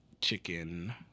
chicken